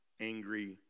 angry